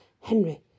Henry